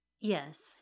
Yes